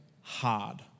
hard